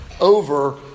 over